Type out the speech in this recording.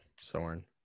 Soren